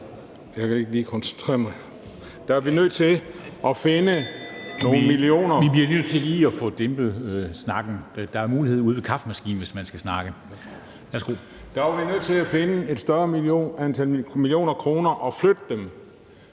Der var vi nødt til at finde et større antal millioner kroner i